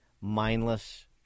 mindless